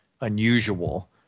unusual